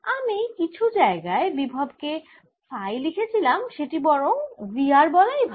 আমি কিছু জায়গায় বিভব কে ফাই লিখেছিলাম সেটি বরং V r বলাই ভাল